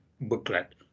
booklet